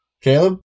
Caleb